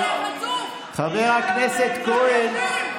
חבר הכנסת כהן.